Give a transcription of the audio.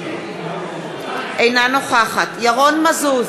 אינה נוכחת ירון מזוז,